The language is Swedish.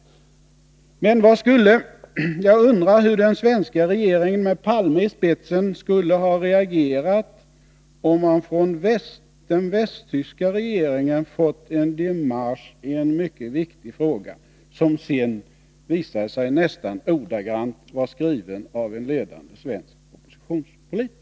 37 Men jag undrar hur den svenska regeringen med Olof Palme i spetsen skulle ha reagerat, om man från den västtyska regeringen fått en demarsch i en mycket viktig fråga som sedan visade sig nästan ordagrant överensstämma med en skrivning av en ledande svensk oppositionspolitiker.